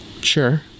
Sure